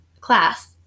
class